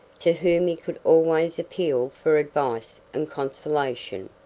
to whom he could always appeal for advice and consolation.